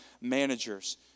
managers